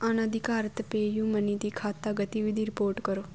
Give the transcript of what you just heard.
ਅਣਅਧਿਕਾਰਤ PayU money ਦੀ ਖਾਤਾ ਗਤੀਵਿਧੀ ਰਿਪੋਰਟ ਕਰੋ